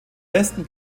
westen